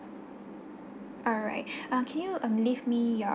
alright uh can you um leave me your